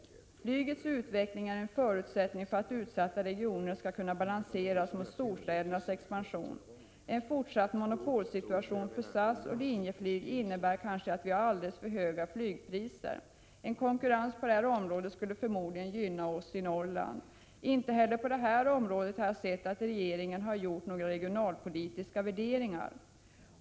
Flygets utveckling är en förutsättning för att utsatta regioner skall kunna balanseras mot storstädernas expansion. En fortsatt monopolsituation för SAS och Linjeflyg innebär kanske att vi har alldeles för höga flygpriser. En konkurrens på detta område skulle förmodligen gynna oss i Norrland. Inte heller på detta område har jag sett att regeringen har gjort några regionalpolitiska värderingar.